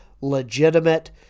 legitimate